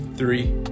three